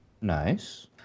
Nice